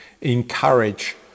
encourage